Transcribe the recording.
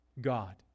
God